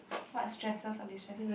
what stresses or destresses